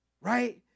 right